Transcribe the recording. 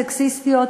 סקסיסטיות,